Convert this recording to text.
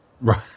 Right